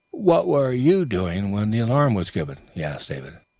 what were you doing when the alarm was given he asked david.